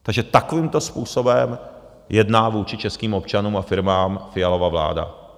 Takže takovýmto způsobem jedná vůči českým občanům a firmám Fialova vláda.